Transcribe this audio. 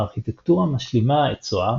הארכיטקטורה משלימה את SOA,